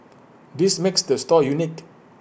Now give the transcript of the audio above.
this makes the store unique